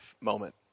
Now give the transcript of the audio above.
moment